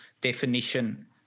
definition